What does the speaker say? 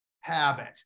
habit